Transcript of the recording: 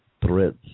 threats